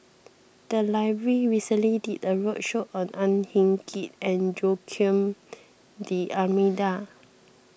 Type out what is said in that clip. the library recently did a roadshow on Ang Hin Kee and Joaquim D'Almeida